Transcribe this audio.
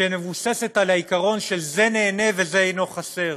שמבוססת על העיקרון של זה נהנה וזה אינו חסר,